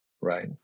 right